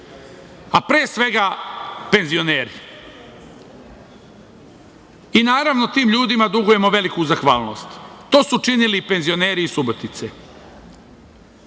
a pre svega penzioneri. Naravno, tim ljudima dugujemo veliku zahvalnost. To su činili i penzioneri iz